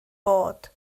bod